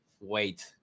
wait